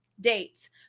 dates